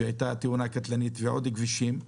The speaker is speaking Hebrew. שהייתה תאונה קטלנית, ועוד כבישים.